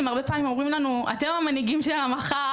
הרבה פעמים אומרים לנו אתם המנהיגים של המחר,